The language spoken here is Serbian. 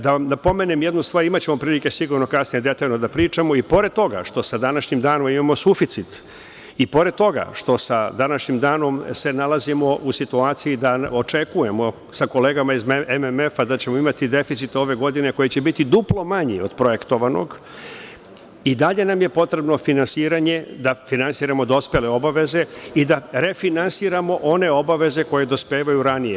Da vam napomenem jednu stvar, imaćemo prilike sigurno kasnije detaljno da pričamo, i pored toga što sa današnjim danom imamo suficit, i pored toga što sa današnjim danom se nalazimo u situaciji da očekujemo sa kolegama iz MMF da ćemo imati deficit ove godine koji će biti duplo manji od projektovanog, i dalje nam je potrebno finansiranje, da finansiramo dospele obaveze i da refinansiramo one obaveze koje dospevaju ranije.